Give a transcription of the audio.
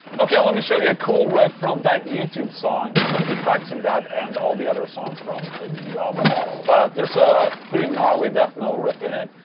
okay, let me show you a cool riff from that youtube song i'm currently practicing that and all the other songs from and the new album but there's a pretty gnarly death metal riff in it,